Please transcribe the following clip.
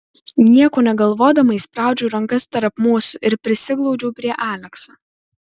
nieko negalvodama įspraudžiau rankas tarp mūsų ir prisiglaudžiau prie alekso